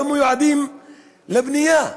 לא מיועדות לבנייה.